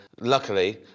luckily